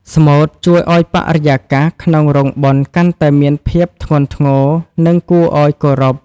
ស្មូតជួយឱ្យបរិយាកាសក្នុងរោងបុណ្យកាន់តែមានភាពធ្ងន់ធ្ងរ និងគួរឱ្យគោរព។